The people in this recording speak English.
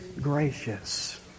gracious